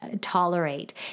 tolerate